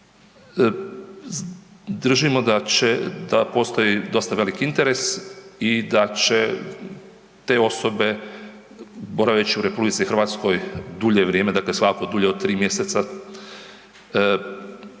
da će, da postoji dosta veliki interes i da će te osobe boraveći u RH dulje vrijeme, dakle svakako dulje od 3 mjeseca